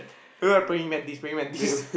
he look like praying mantis praying mantis